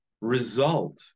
result